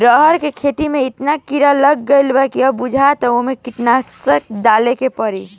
रहर के खेते में एतना कीड़ा लाग गईल बाडे की बुझाता अब ओइमे कीटनाशक डाले के पड़ी